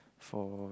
for